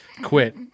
quit